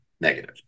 negative